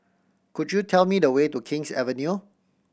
could you tell me the way to King's Avenue